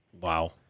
Wow